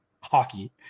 hockey